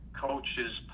coaches